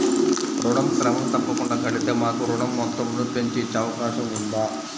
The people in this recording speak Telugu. ఋణం క్రమం తప్పకుండా కడితే మాకు ఋణం మొత్తంను పెంచి ఇచ్చే అవకాశం ఉందా?